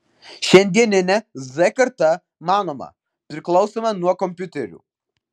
šiandieninė z karta manoma priklausoma nuo kompiuterių